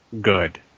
good